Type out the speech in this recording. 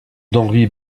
d’henri